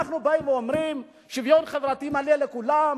אנחנו באים ואומרים: שוויון חברתי מלא לכולם,